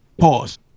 Pause